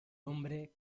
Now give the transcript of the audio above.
hombre